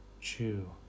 chew